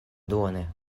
duone